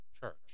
Church